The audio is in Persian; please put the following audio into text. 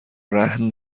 رهن